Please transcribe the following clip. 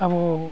ᱟᱵᱚ